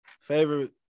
favorite